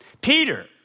Peter